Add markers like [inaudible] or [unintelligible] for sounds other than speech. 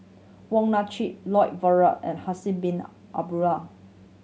Wong Nai Chin Lloyd Valberg and Haslir Bin [unintelligible]